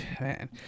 man